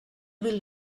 build